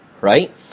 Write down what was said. right